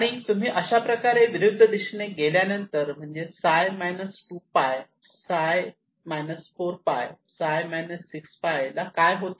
आणि तुम्ही अशाप्रकारे विरुद्ध दिशेने गेल्यानंतर म्हणजेच φ 2π φ 4π φ 6π ला काय होते